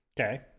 okay